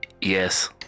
Yes